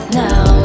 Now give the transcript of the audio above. now